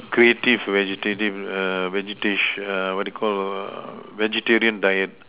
creative vegetarian err vegetarian what you Call vegetarian diet